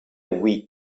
week